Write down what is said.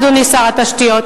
אדוני שר התשתיות,